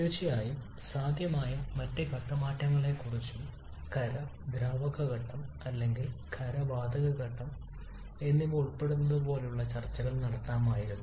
തീർച്ചയായും സാധ്യമായ മറ്റ് ഘട്ട മാറ്റങ്ങളെക്കുറിച്ചും ഖര ദ്രാവക ഘട്ടം അല്ലെങ്കിൽ ഖര വാതക ഘട്ടം എന്നിവ ഉൾപ്പെടുന്നതുപോലുള്ള ചർച്ചകൾ നടത്താമായിരുന്നു